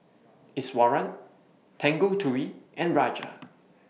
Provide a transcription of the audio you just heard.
Iswaran Tanguturi and Raja